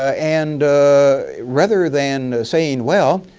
and rather than saying, well